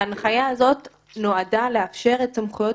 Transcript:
ההנחיה הזאת נועדה לאפשר את סמכויות